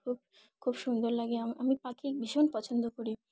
খুব খুব সুন্দর লাগে আমি পাখি ভীষণ পছন্দ করি